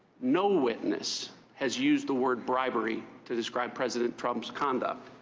no witness has used the word bribery to describe president trump's conduct,